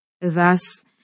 Thus